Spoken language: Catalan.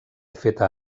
feta